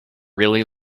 really